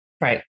Right